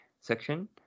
section